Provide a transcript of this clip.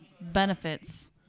benefits